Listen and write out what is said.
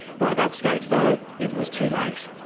by that stage though, it was too late.